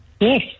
Yes